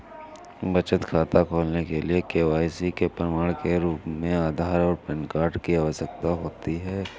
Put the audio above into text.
बचत खाता खोलने के लिए के.वाई.सी के प्रमाण के रूप में आधार और पैन कार्ड की आवश्यकता होती है